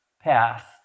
path